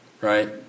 right